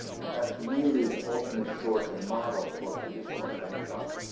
and that's really the ultimate source and model for traditional chinese art.